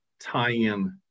tie-in